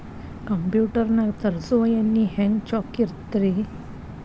Computer ನಾಗ ತರುಸುವ ಎಣ್ಣಿ ಹೆಂಗ್ ಚೊಕ್ಕ ಇರತ್ತ ರಿ?